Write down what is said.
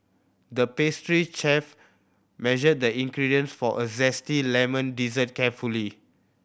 the pastry chef measured the ingredients for a zesty lemon dessert carefully